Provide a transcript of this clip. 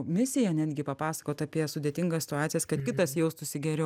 misija netgi papasakot apie sudėtingas situacijas kad kitas jaustųsi geriau